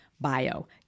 bio